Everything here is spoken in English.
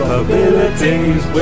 abilities